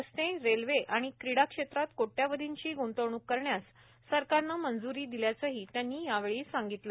रस्ते रेल्वे आणि क्रीडा क्षेत्रात क्रोट्यावर्षीची गुंतवणूक करण्यास सरकारनं मंजुरी दिल्याचंदी त्यांनी यावेळी सांगितलं